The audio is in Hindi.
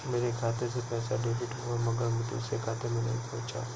मेरे खाते से पैसा डेबिट हुआ मगर दूसरे खाते में नहीं पंहुचा